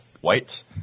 white